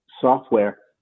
software